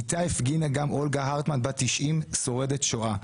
איתה הפגינה גם אולגה הרטמן בת 90 שורדת שואה.